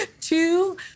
two